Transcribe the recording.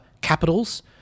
capitals